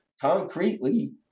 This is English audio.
concretely